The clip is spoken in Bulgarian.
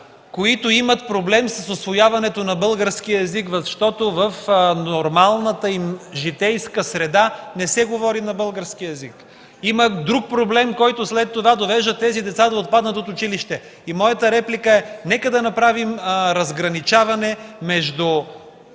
които имат проблем с усвояването на българския език, защото в нормалната им житейска среда не се говори на български език. Има друг проблем, който след това довежда тези деца да отпаднат от училище. Моята реплика е: нека да направим разграничаване между